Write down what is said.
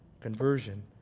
Conversion